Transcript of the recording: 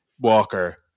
Walker